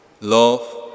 Love